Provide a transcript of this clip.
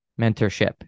Mentorship